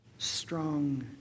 Strong